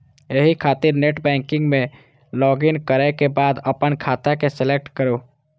एहि खातिर नेटबैंकिग मे लॉगइन करै के बाद अपन खाता के सेलेक्ट करू